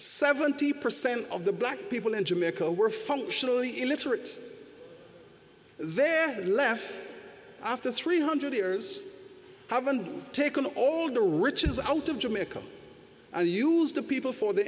seventy percent of the black people in jamaica were functionally illiterate they're left after three hundred years haven't taken all the riches out of jamaica and used the people for the